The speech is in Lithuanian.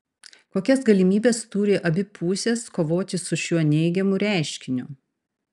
kokias galimybes turi abi pusės kovoti su šiuo neigiamu reiškiniu